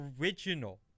original